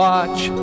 Watch